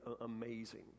amazing